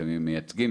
לפעמים מייצגים,